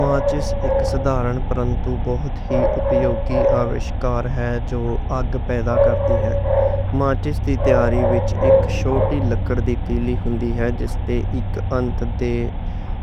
ماچس اک سادارن پرنتو بہت ہی اپیوگی آوشکار ہے۔ ماچس دی تیاری وچ اک چھوٹی لکڑی دی تیلی ہوندی ہے جس تے اک انتھ دے